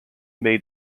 made